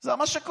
זה מה שקורה.